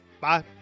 bye